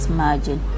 margin